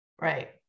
Right